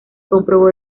comprobó